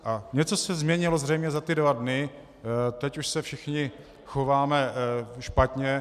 A něco se změnilo zřejmě za ty dva dny, teď už se všichni chováme špatně.